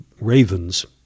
ravens